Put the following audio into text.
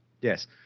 Yes